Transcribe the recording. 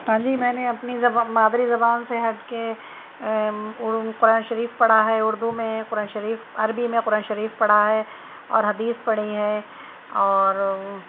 ہاں جی میں نے اپنی زباں مادری زبان سے ہٹ کے قرآن شریف پڑھا ہے اردو میں قرآن شریف عربی میں قرآن شریف پڑھا ہے اور حدیث پڑھی ہے اور